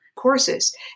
courses